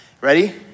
Ready